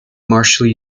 marshall